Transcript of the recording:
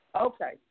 Okay